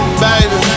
baby